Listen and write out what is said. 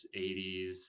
80s